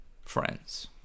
friends